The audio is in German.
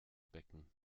becken